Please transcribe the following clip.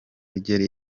rye